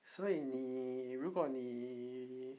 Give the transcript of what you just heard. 所以你如果你